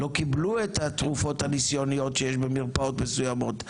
לא קיבלו את התרופות הניסיוניות שיש במרפאות מסוימות?